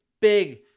big